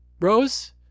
Rose